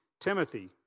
Timothy